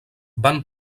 van